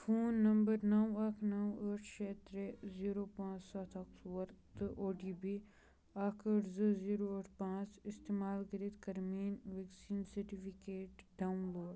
phone number نَو اَکھ نَو ٲٹھ شےٚ ترٛےٚ زیٖرو پانٛژھ سَتھ اَکھ ژور تہٕ او ٹی پی اَکھ ٲٹھ زٕ زیٖرو ٲٹھ پانٛژھ استعمال کٔرِتھ کَر میٛٲنۍ وٮ۪کسیٖن سرٹِفکیٹ ڈاوُن لوڈ